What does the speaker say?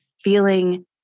feeling